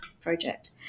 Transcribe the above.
project